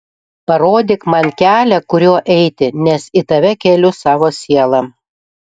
parodyk man kelią kuriuo eiti nes į tave keliu savo sielą